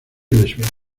lesbiana